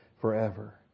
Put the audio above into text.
forever